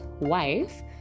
wife